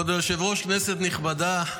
כבוד היושב-ראש, כנסת נכבדה,